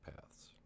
paths